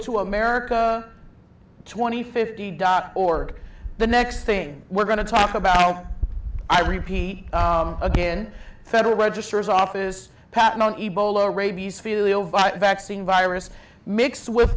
to america twenty fifty dot org the next thing we're going to talk about i repeat again federal registers office ebola rabies field but vaccine virus mixed with